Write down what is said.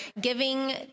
giving